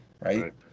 right